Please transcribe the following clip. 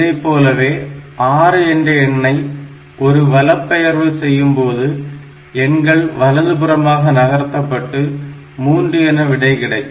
இதைப்போலவே 6 என்ற எண்ணை ஒரு வலபெயர்வு செய்யும்போது எண்கள் வலது புறமாக நகர்த்தப்பட்டு 3 என கிடைக்கும்